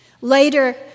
Later